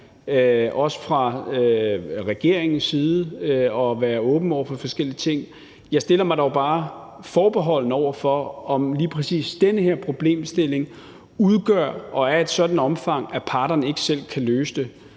også fra regeringens side, og at være åbne over for forskellige ting. Jeg stiller mig dog bare forbeholden over for, om lige præcis den her problemstilling udgør og er af et sådant omfang, at parterne ikke selv kan løse det.